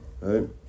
right